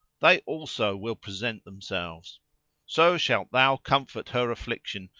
they also will present themselves so shalt thou comfort her affliction,